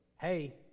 hey